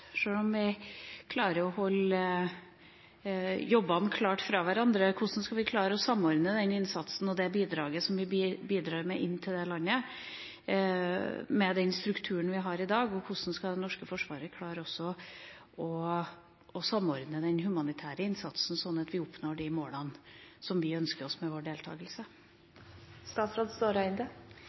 Sjøl om vi klarer å holde jobbene klart fra hverandre, hvordan skal vi klare å samordne den innsatsen og det som vi bidrar med til det landet, med den strukturen vi har i dag, og hvordan skal det norske forsvaret klare å samordne den humanitære innsatsen sånn at vi når de målene som vi ønsker oss med vår